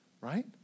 right